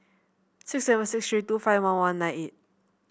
six seven six three two five one one nine eight